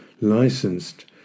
licensed